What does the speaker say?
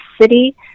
city